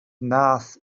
wnaeth